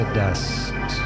dust